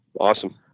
Awesome